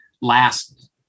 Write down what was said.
last